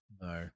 No